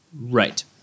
Right